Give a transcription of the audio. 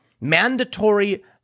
mandatory